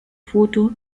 foto